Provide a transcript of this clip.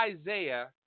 Isaiah